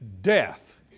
death